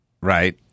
right